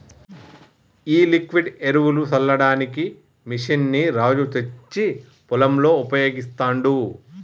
ఈ లిక్విడ్ ఎరువులు సల్లడానికి మెషిన్ ని రాజు తెచ్చి పొలంలో ఉపయోగిస్తాండు